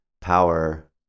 power